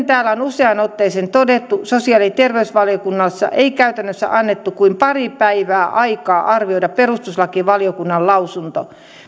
täällä on useaan otteeseen todettu sosiaali ja terveysvaliokunnassa ei käytännössä annettu kuin pari päivää aikaa arvioida perustuslakivaliokunnan lausuntoa